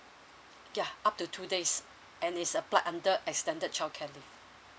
ya up to two days and it's applied under extended childcare leave